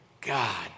God